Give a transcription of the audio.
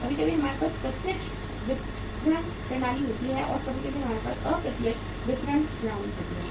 कभी कभी हमारे पास प्रत्यक्ष विपणन प्रणाली होती है और कभी कभी हमारे पास अप्रत्यक्ष विपणन प्रणाली होती है